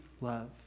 love